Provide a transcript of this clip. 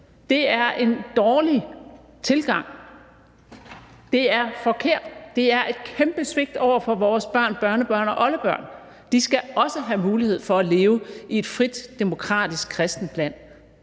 Det er en dårlig tilgang, det er forkert, og det er et kæmpe svigt over for vores børn, børnebørn og oldebørn, for de skal også have mulighed for at leve i et frit, demokratisk kristent land.